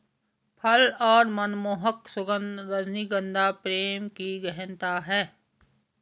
फल और मनमोहक सुगन्ध, रजनीगंधा प्रेम की गहनता है